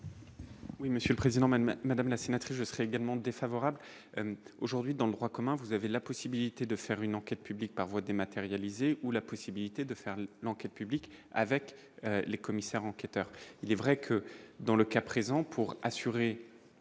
Oui Monsieur Président même Madame la sénatrice, je serai également défavorable aujourd'hui dans le droit commun, vous avez la possibilité de faire une enquête publique par voie dématérialisée ou la possibilité de faire l'enquête publique avec les commissaires enquêteurs, il est vrai que dans le cas présent pour assurer